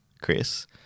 Chris